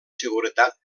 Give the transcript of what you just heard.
seguretat